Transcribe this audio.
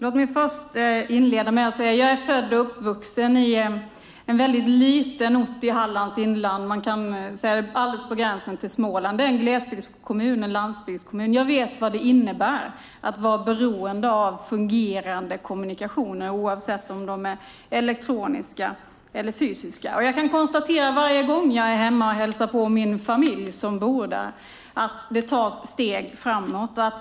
Herr talman! Jag är född och uppvuxen på en väldigt liten ort i Hallands inland, på gränsen till Småland - en glesbygds och landsbygdskommun - så jag vet vad det innebär att vara beroende av fungerande kommunikationer vare sig det är elektronisk eller det är fysisk kommunikation. Varje gång jag är hemma och hälsar på min familj som bor där kan jag konstatera att det tas steg framåt.